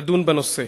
לדון בנושא.